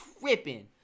tripping